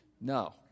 No